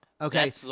Okay